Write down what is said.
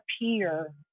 appear